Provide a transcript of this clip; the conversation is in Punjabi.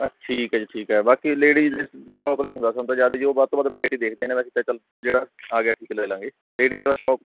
ਅ ਠੀਕ ਹੈ ਜੀ ਠੀਕ ਹੈ ਬਾਕੀ ਲੇਡੀ ਟੋਪ ਦਾ ਹੀ ਹੁੰਦਾ ਸਾਨੂੰ ਤਾਂ ਜ਼ਿਆਦਾ ਜੀ ਉਹ ਵੱਧ ਤੋਂ ਵੱਧ ਵਰਾਈਟੀ ਦੇਖਦੇ ਨੇ ਵੈਸੇ ਤਾਂ ਚੱਲ ਜਿਹੜਾ ਆ ਗਿਆ ਠੀਕ ਹੈ ਲੈ ਲਵਾਂਗੇ ਲੇਡੀ ਵਾਲਾ ਸਟੋਕ